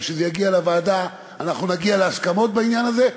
גם כשזה יגיע לוועדה נגיע להסכמות בעניין הזה,